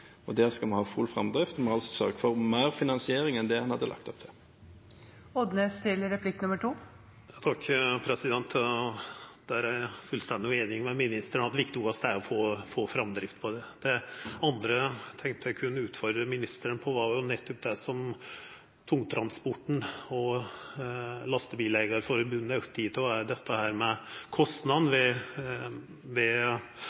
skal vi ha full framdrift, og vi har sørget for mer finansiering enn det en hadde lagt opp til. Eg er fullstendig einig med ministeren i at det viktigaste er å få framdrift i det. Det andre eg tenkte eg kunne utfordra ministeren på, var nettopp det som tungtransporten og Lastebileier-Forbundet er opptekne av, nemleg kostnaden ved